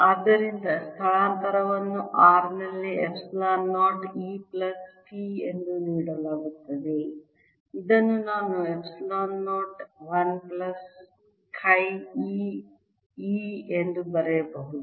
ಆದ್ದರಿಂದ ಸ್ಥಳಾಂತರವನ್ನು r ನಲ್ಲಿ ಎಪ್ಸಿಲಾನ್ 0 E ಪ್ಲಸ್ P ಎಂದು ನೀಡಲಾಗುತ್ತದೆ ಇದನ್ನು ನಾನು epsilon 0 1 plus chi e E ಎಂದು ಬರೆಯಬಹುದು